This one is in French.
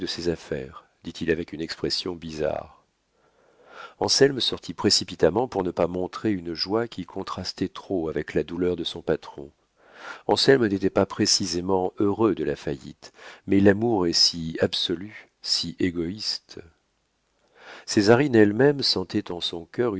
ses affaires dit-il avec une expression bizarre anselme sortit précipitamment pour ne pas montrer une joie qui contrastait trop avec la douleur de son patron anselme n'était pas précisément heureux de la faillite mais l'amour est si absolu si égoïste césarine elle-même sentait en son cœur